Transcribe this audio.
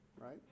right